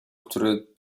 który